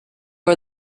are